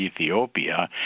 Ethiopia